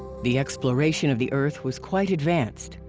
the exploration of the earth was quite advanced.